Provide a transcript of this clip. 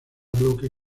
bloque